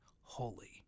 holy